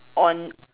on